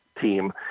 team